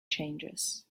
changes